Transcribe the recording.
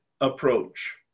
approach